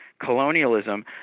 colonialism